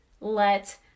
let